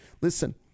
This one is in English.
Listen